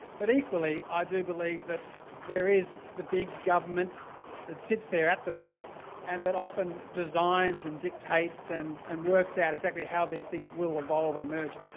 but equally i do believe that there is the big government that sits there at the top and that often designs and dictates and and works out exactly how these things will evolve and emerge.